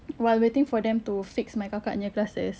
while waiting for them to fix my kakak punya glasses